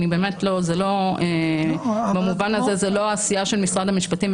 באמת במובן הזה זו לא העשייה של משרד המשפטים.